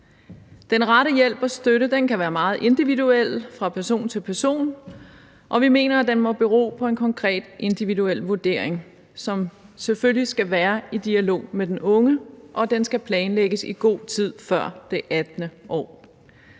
Den rette hjælp og støtte kan være meget individuel fra person til person, og vi mener, at den må bero på en konkret, individuel vurdering, som selvfølgelig skal ske i dialog med den unge, og den skal planlægges i god tid før det 18. år.